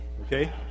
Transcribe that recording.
Okay